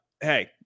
hey